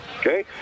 okay